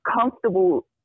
comfortable